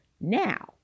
Now